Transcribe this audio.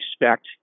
expect